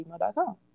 gmail.com